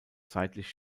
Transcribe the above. seitlich